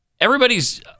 Everybody's